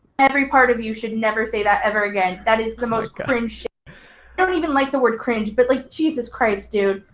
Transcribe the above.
every part of you should never say that ever again. that is the most cringe sh-t. i don't even like the word cringe but, like, jesus christ, dude.